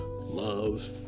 love